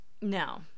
No